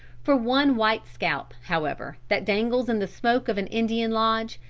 for one white scalp, however, that dangles in the smoke of an indian lodge,